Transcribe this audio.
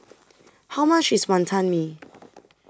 How much IS Wantan Mee